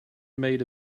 made